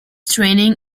training